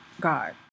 God